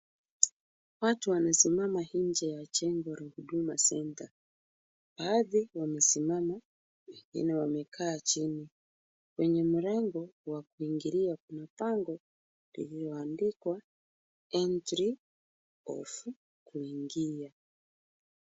Watu wamesimama nje ya jengo la bluu ya center ,baadhi wamesimama wengine wamekaa chini. Kwenye mlango wa kuingililia kuna bango iliyoandikwa entry of kuingia,